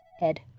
Ed